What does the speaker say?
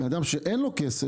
בן אדם שאין לו כסף,